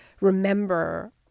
remember